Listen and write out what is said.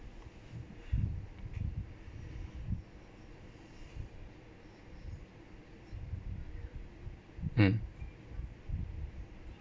mm